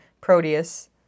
Proteus